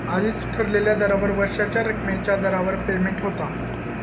आधीच ठरलेल्या दरावर वर्षाच्या रकमेच्या दरावर पेमेंट होता